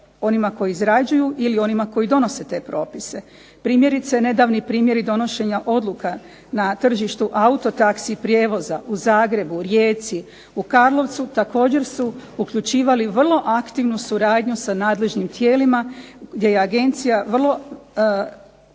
onima koji izrađuju ili onima koji donose te propise. Primjerice, nedavni primjeri donošenja odluka na tržištu auto-taksi prijevoza u Zagrebu, Rijeci u Karlovcu također su uključivali vrlo aktivnu suradnju sa nadležnim tijelima gdje je agencija vrlo